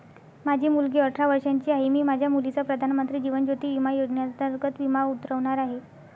माझी मुलगी अठरा वर्षांची आहे, मी माझ्या मुलीचा प्रधानमंत्री जीवन ज्योती विमा योजनेअंतर्गत विमा उतरवणार आहे